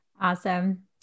Awesome